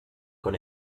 con